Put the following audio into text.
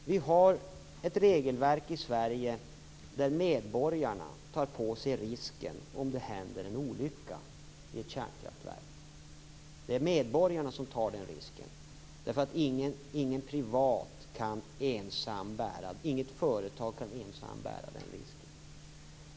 Vi har i Sverige ett regelverk där medborgarna tar på sig risken om det händer en olycka i ett kärnkraftverk. Det är medborgarna som tar den risken, eftersom inget företag ensamt kan bära den.